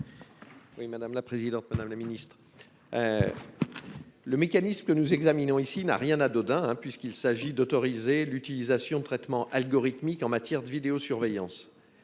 : La parole est à M. Bernard Fialaire. Le mécanisme que nous examinons ici n'a rien d'anodin, puisqu'il s'agit d'autoriser l'utilisation de traitements algorithmiques en matière de vidéosurveillance.